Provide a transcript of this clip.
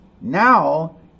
Now